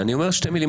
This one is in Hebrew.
לכם?